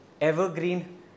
evergreen